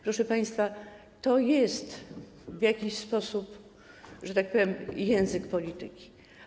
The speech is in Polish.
Proszę państwa, to jest w jakiś sposób, że tak powiem, język polityki.